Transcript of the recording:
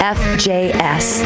fjs